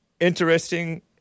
Interesting